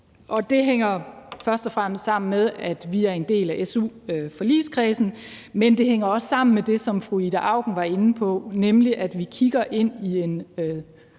og det hænger først og fremmest sammen med, at vi er en del af su-forligskredsen, men det hænger også sammen med det, som fru Ida Auken var inde på, nemlig at vi kigger ind i en